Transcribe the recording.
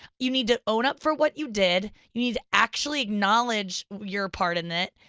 you need to own up for what you did, you need to actually acknowledge your part in it,